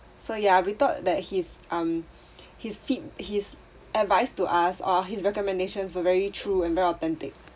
so ya we thought that his um his feed~ his advice to us uh his recommendations were very true and very authentic